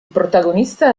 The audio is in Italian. protagonista